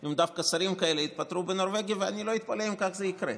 אם דווקא שרים כאלה יתפטרו בנורבגי ואני לא אתפלא אם כך זה יקרה.